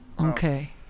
Okay